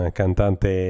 cantante